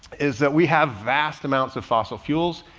is that we have vast amounts of fossil fuels.